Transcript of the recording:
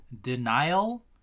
denial